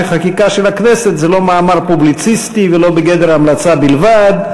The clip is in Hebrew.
שחקיקה של הכנסת זה לא מאמר פובליציסטי ולא בגדר המלצה בלבד.